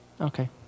Okay